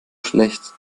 schlecht